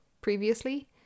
previously